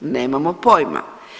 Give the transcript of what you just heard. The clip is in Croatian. Nemamo pojma.